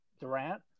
Durant